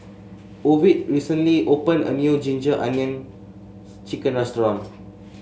Ovid recently opened a new ginger onion chicken restaurant